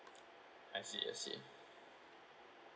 I see I see